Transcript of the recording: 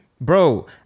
Bro